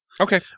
Okay